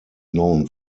known